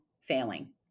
failing